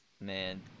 Man